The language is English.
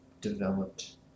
developed